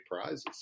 prizes